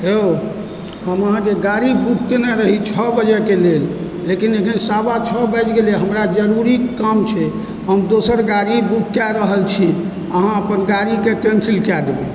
यौ हम अहाँकेँ गाड़ी बुक कयने रही छओ बजेके लेल लेकिन अखन सवा छओ बाजि गेलै हमरा जरूरी काम छै हम दोसर गाड़ी बुक कए रहल छी अहाँ अपन गाड़ीके कैन्सल कऽ देबै